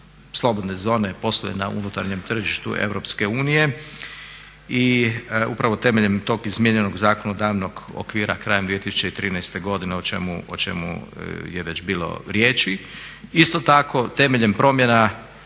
slobodne zone posluje na unutarnjem tržištu Europske unije i upravo temeljem tog izmijenjenog zakonodavnog okvira krajem 2013. godine o čemu je već bilo riječi. Isto tako temeljem promjena